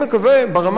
ברמה העקרונית,